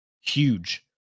huge